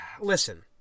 Listen